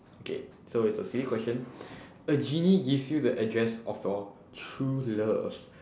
okay so it's a silly question a genie gives you the address of your true love